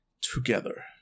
together